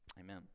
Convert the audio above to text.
Amen